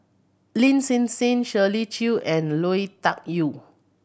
Lin Hsin Hsin Shirley Chew and Lui Tuck Yew